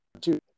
two